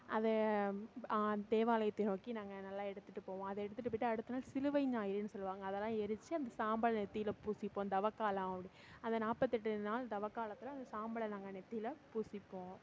அதை தேவாலயத்தை நோக்கி நாங்கள் எல்லா எடுத்துகிட்டு போவோம் அதை எடுத்துகிட்டு போய்ட்டு அடுத்த நாள் சிலுவை ஞாயிறுன்னு சொல்வாங்க அதல்லாம் எரித்து அந்த சாம்பலை நெற்றியில பூசிப்போம் தவக்காலம் அந்த நாற்பத்தெட்டு நாள் தவக்காலத்தில் அந்த சாம்பலை நாங்கள் நெற்றியில பூசிப்போம்